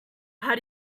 how